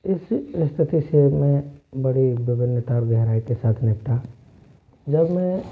इस इस्थिति से मैं बड़ी विभिन्नता और गहराई के साथ निपटा जब मैं